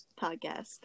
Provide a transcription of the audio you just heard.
podcast